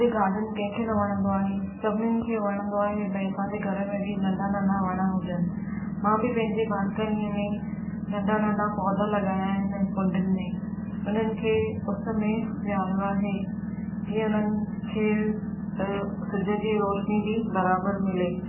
अॼु गार्डन कंहिंखे न वणंदो आहे सभिनीनि खे वणंदो आहे ॿई असांजे घर में बि नंढा नंढा वण हुजनि मां बि पंहिंजे बालकनी में नंढा नंढा पौधा लॻाया आहिनि कुंॾनि में हुननि खे उस में विहारो आहे जीअं हुननि खे सिॼ जी रोशनी बि बराबरि मिले